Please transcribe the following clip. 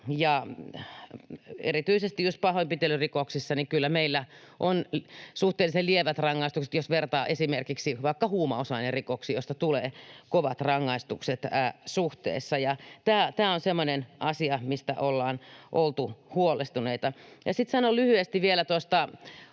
Erityisesti just pahoinpitelyrikoksissa meillä on kyllä suhteellisen lievät rangaistukset, jos vertaa esimerkiksi huumausainerikoksiin, joista tulee suhteessa kovat rangaistukset. Tämä on semmoinen asia, mistä ollaan oltu huolestuneita. Ja sitten sanon lyhyesti vielä tuosta